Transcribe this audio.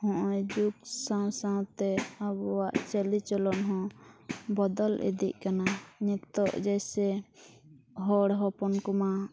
ᱱᱚᱜᱼᱚᱭ ᱡᱩᱜᱽ ᱥᱟᱶ ᱥᱟᱶᱛᱮ ᱟᱵᱚᱣᱟᱜ ᱪᱟᱹᱞᱤ ᱪᱚᱞᱚᱱ ᱦᱚᱸ ᱵᱚᱫᱚᱞ ᱤᱫᱤᱜ ᱠᱟᱱᱟ ᱱᱤᱛᱚᱜ ᱡᱮᱭᱥᱮ ᱦᱚᱲ ᱦᱚᱯᱚᱱ ᱠᱚᱢᱟ